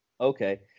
Okay